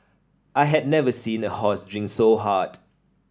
I had never seen a horse drink so hard